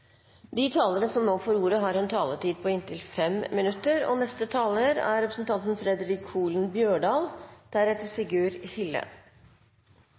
De talere som heretter får ordet, har en taletid på inntil 3 minutter. Det er